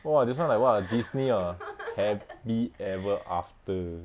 !wah! this [one] like what disney ah happy ever after